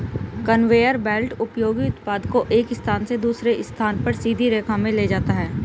conveyor belt उपयोगी उत्पाद को एक स्थान से दूसरे स्थान पर सीधी रेखा में ले जाता है